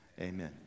amen